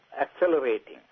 accelerating